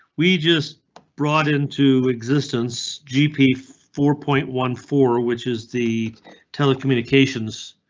we just brought into existence gp four point one four which is the telecommunications.